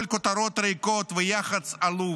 הכול כותרות ריקות ויחס עלוב.